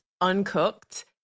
uncooked